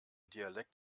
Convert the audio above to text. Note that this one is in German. dialekt